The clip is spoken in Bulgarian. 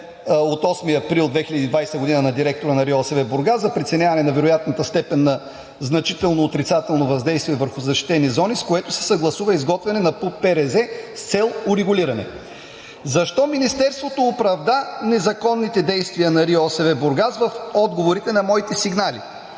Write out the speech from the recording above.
от 8 април 2020 г. на директора на РИОСВ – Бургас, за преценяване на вероятната степен на значително отрицателно въздействие върху защитени зони, с което се съгласува изготвяне на ПУП-ПРЗ с цел урегулиране. Защо Министерството оправда незаконните действия на РИОСВ – Бургас, в отговорите на моите сигнали?